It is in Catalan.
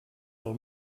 del